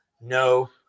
no